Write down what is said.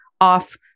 off